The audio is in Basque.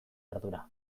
ardura